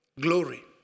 glory